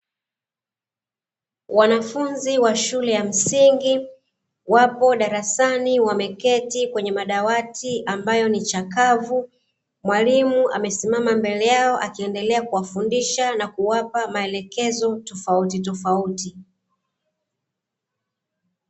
Wanafunzi wa shule ya msingi wapo darasani wameketi kwenye madawati ambayo ni chakavu. Mwalimu amesimama mbele yao akiendelea kufundisha na kuwapa maelekezo tofautitofauti.